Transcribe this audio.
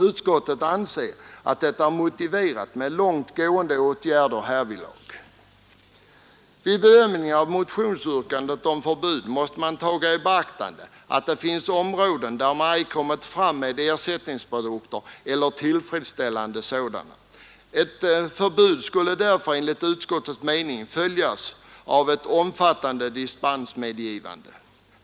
Utskottet anser att det är motiverat med långtgående åtgärder härvidlag Vid bedömningen av motionsyrkandet om förbud måste man beakta att det finns områden där man ej funnit tillfredsställande ersättningsprodukter. Ett förbud skulle därför enligt utskottets mening följas av ett omfattande dispensgivande.